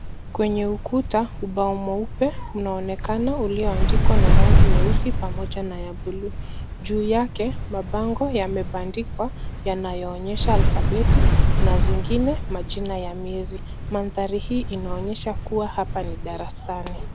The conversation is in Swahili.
Kwenye ukuta, ubao mweupe unaonekana ulioandikwa na rangi nyeusi pamoja na ya buluu. Juu yake, mabango yamebandikwa, yanayoonyesha alfabeti na zingine majina ya miezi. Mandhari hii inaonyesha kuwa hapa ni darasani.